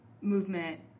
movement